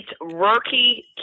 rookie